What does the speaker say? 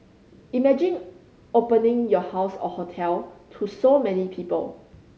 imagine opening your house or hotel to so many people